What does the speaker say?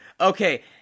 Okay